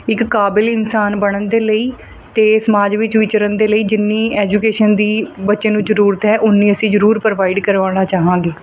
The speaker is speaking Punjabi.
ਇੱਕ ਕਾਬਿਲ ਇਨਸਾਨ ਬਣਨ ਦੇ ਲਈ ਅਤੇ ਸਮਾਜ ਵਿੱਚ ਵਿਚਰਨ ਦੇ ਲਈ ਜਿੰਨੀ ਐਜੂਕੇਸ਼ਨ ਦੀ ਬੱਚੇ ਨੂੰ ਜਰੂਰਤ ਹੈ ਉਨੀ ਅਸੀਂ ਜਰੂਰ ਪ੍ਰੋਵਾਈਡ ਕਰਵਾਉਣਾ ਚਾਹਾਂਗੇ